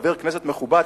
כחבר כנסת מכובד,